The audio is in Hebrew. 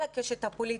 בכל הקשת הפוליטית,